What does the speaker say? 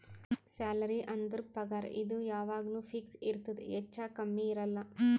salary ಅಂದುರ್ ಪಗಾರ್ ಇದು ಯಾವಾಗ್ನು ಫಿಕ್ಸ್ ಇರ್ತುದ್ ಹೆಚ್ಚಾ ಕಮ್ಮಿ ಇರಲ್ಲ